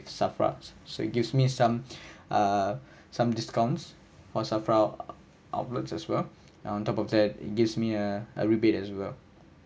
SAFRA so it gives me some uh some discounts for SAFRA outlets as well on top of that it gives me a a rebate as well